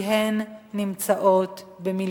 כי הן נמצאות במלכוד.